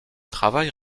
travaille